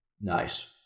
Nice